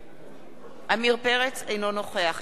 אינו נוכח אברהים צרצור,